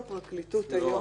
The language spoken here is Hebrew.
הוא הדין הפלילי הצבאי,